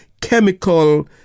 chemical